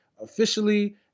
officially